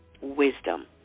wisdom